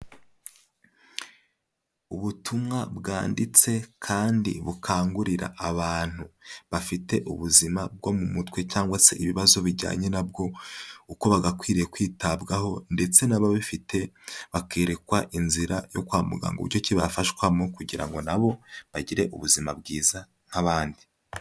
Ubutumwa bwanditse kandi bukangurira abantu bafite ubuzima bwo mu mutwe, cyangwa se ibibazo bijyanye nabwo, uko bagakwiye kwitabwaho ndetse n'ababifite bakerekwa inzira yo kwa muganga, uburyo ki bafashwamo kugira ngo nabo bagire ubuzima bwiza nk'abandi.